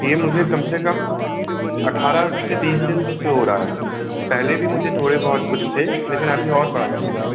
यह मुझे कम से कम अठारह से बीस दिन से हो रहा है पहले भी मुझे थोड़े बहुत कुछ थे लेकिन अभी और बढ़ रहे हैं